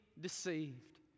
deceived